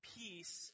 peace